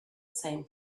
same